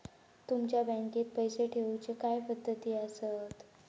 तुमच्या बँकेत पैसे ठेऊचे काय पद्धती आसत?